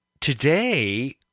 today